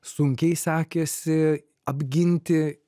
sunkiai sekėsi apginti